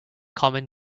common